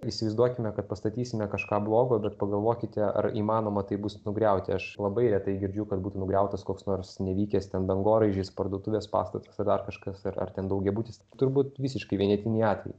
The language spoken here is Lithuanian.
įsivaizduokime kad pastatysime kažką blogo bet pagalvokite ar įmanoma taip bus nugriauti aš labai retai girdžiu kad būtų nugriautas koks nors nevykęs ten dangoraižis parduotuvės pastatas dar kažkas ar ar ten daugiabutis turbūt visiškai vienetiniai atvejai